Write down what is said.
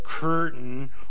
curtain